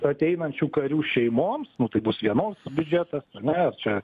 ateinančių karių šeimoms tai bus vienoks biudžetas na čia